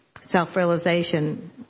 self-realization